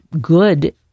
good